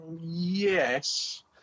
yes